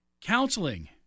Counseling